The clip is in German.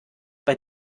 bei